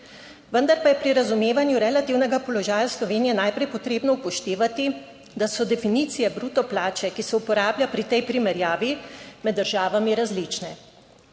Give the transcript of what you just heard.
Vendar pa je pri razumevanju relativnega položaja Slovenije najprej potrebno upoštevati, da so definicije bruto plače, ki se uporablja pri tej primerjavi, med državami različne.